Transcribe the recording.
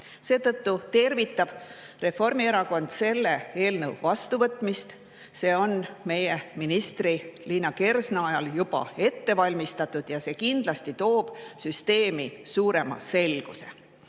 Seetõttu tervitab Reformierakond selle eelnõu vastuvõtmist. See sai juba meie ministri Liina Kersna ajal ette valmistatud ja kindlasti toob süsteemi suurema selguse. Toon